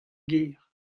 gêr